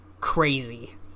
crazy